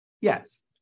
yes